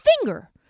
finger